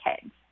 kids